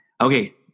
okay